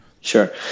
sure